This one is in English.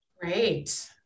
Great